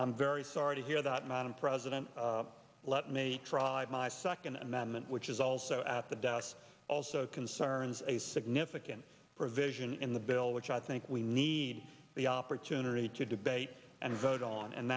noted very sorry to hear that madam president let me drive my second amendment which is also at the desk also concerns a significant provision in the bill which i think we need the opportunity to debate and vote on and